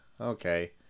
okay